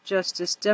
Justice